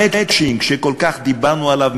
המצ'ינג שכל כך דיברנו עליו,